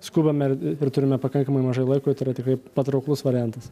skubame ir turime pakankamai mažai laiko tai yra tikrai patrauklus variantas